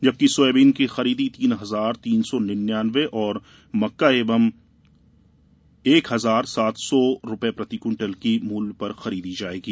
जबकि सोयाबीन की खरीदी तीन हजार तीन सौ नियानवे और मक्का एक हजार सात सौ रूपये प्रति क्विंटल के मूल्य पर खरीदी जाएगी